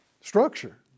structure